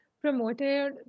promoted